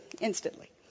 instantly